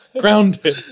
Grounded